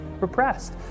repressed